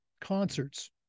concerts